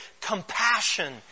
compassion